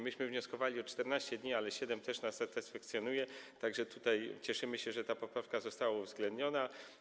My wnioskowaliśmy o 14 dni, ale 7 dni też nas satysfakcjonuje, tak że cieszymy się, że ta poprawka została uwzględniona.